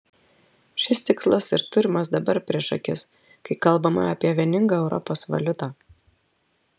šis tikslas ir turimas dabar prieš akis kai kalbama apie vieningą europos valiutą